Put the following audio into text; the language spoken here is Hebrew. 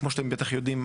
כמו שאתם בטח יודעים,